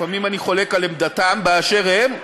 לפעמים אני חולק על עמדתם באשר הם,